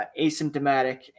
asymptomatic